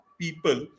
people